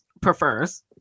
prefers